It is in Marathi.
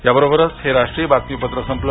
या बरोबरच हे राष्ट्रीय बातमीपत्र संपलं